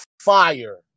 fire